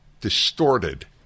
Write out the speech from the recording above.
distorted